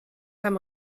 haben